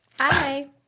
Hi